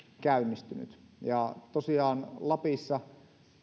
käynnistynyt tosiaan lapissa